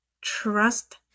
Trust